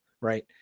Right